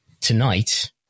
Tonight